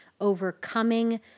overcoming